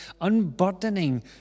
unburdening